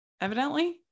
Evidently